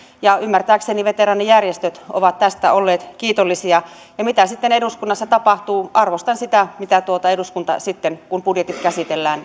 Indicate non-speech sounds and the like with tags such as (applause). ja ymmärtääkseni veteraanijärjestöt ovat tästä olleet kiitollisia mitä sitten eduskunnassa tapahtuu niin arvostan sitä mitä eduskunta sitten kun budjetit käsitellään (unintelligible)